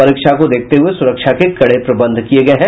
परीक्षा को देखते हुये सुरक्षा के कड़े प्रबंध किये गये हैं